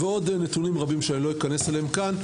יש עוד נתונים רבים שלא אכנס אליהם כאן,